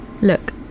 Look